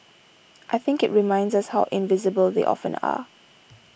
I think it reminds us how invisible they often are